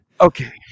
Okay